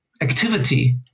activity